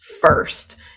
first